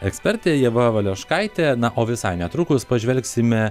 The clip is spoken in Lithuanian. eksperte ieva valeškaitė na o visai netrukus pažvelgsime